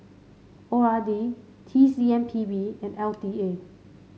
O R D T C M P B and L T A